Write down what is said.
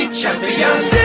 champions